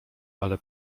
ale